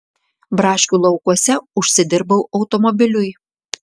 braškių laukuose užsidirbau automobiliui